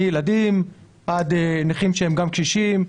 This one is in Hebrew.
מילדים עד נכים שהם גם קשישים,